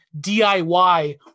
diy